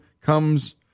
comes